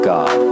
God